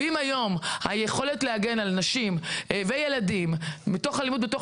ואם היום היכולת להגן על נשים וילדים מאלימות בתוך